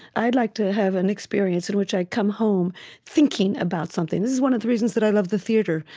i'd like to have an experience in which i come home thinking about something. this is one of the reasons that i love the theater,